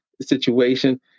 situation